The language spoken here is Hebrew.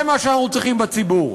זה מה שאנחנו צריכים בציבור.